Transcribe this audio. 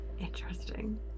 Interesting